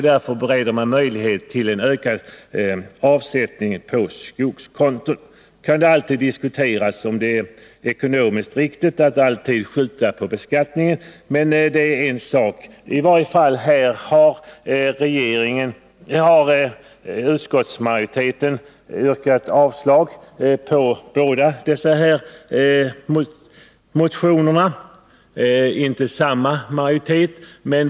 Därför bereder man ökade möjligheter till avsättning på skogskonto. Det kan diskuteras om det är ekonomiskt riktigt att alltid skjuta på beskattningen. En utskottsmajoritet har i varje fall yrkat avslag på båda dessa motioner, även om det inte är samma majoritet i båda fallen.